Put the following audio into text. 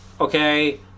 okay